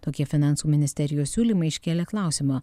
tokie finansų ministerijos siūlymai iškėlė klausimą